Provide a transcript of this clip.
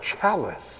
chalice